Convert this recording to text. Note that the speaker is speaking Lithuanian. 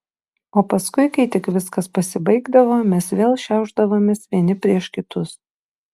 o paskui kai tik viskas pasibaigdavo mes vėl šiaušdavomės vieni prieš kitus